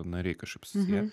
nariai kažkaip susiję